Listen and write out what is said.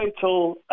total –